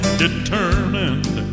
determined